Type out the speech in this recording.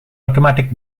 automatic